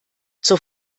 zur